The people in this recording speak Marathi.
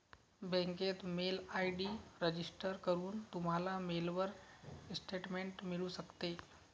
बँकेत मेल आय.डी रजिस्टर करून, तुम्हाला मेलवर स्टेटमेंट मिळू शकते